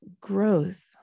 growth